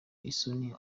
isoni